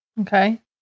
Okay